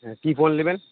হ্যাঁ কী ফোন নেবেন